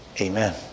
Amen